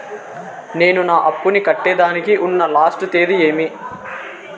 నేను నా అప్పుని కట్టేదానికి ఉన్న లాస్ట్ తేది ఏమి?